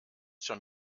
schon